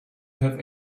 have